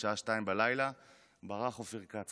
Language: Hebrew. בשעה 02:00 ברח עופר כץ,